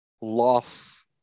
loss